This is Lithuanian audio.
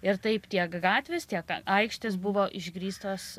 ir taip tiek gatvės tiek aikštės buvo išgrįstos